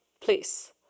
please